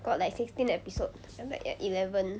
got like sixteen episode I'm like at eleven